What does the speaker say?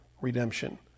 redemption